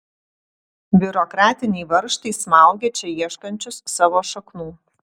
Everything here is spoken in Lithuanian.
biurokratiniai varžtai smaugia čia ieškančius savo šaknų